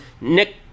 Nick